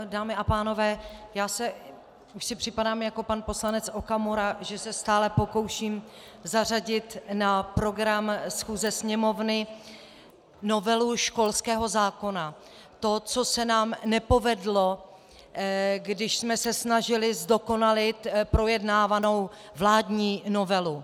Dámy a pánové, už si připadám jako pan poslanec Okamura, že se stále pokouším zařadit na program schůze Sněmovny novelu školského zákona, to, co se nám nepovedlo, když jsme se snažili zdokonalit projednávanou vládní novelu.